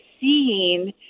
seeing